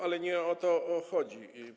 Ale nie o to chodzi.